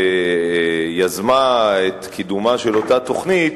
שיזמה את קידומה של אותה תוכנית,